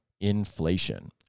inflation